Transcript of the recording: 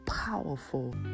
powerful